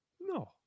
no